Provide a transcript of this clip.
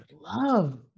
love